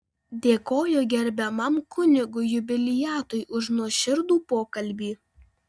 dėkoju gerbiamam kunigui jubiliatui už nuoširdų pokalbį